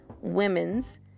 women's